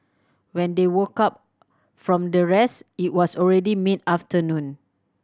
when they woke up from their rest it was already mid afternoon